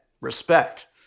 respect